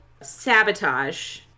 Sabotage